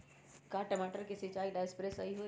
का टमाटर के सिचाई ला सप्रे सही होई?